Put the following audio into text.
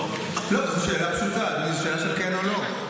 לא, זו שאלה פשוטה, זו שאלה של כן או לא.